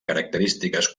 característiques